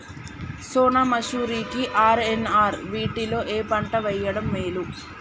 సోనా మాషురి కి ఆర్.ఎన్.ఆర్ వీటిలో ఏ పంట వెయ్యడం మేలు?